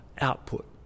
output